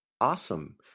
Awesome